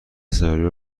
سناریو